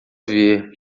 ver